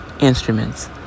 instruments